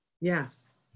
Yes